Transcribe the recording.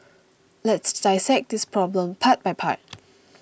let's dissect this problem part by part